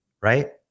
right